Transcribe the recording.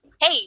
hey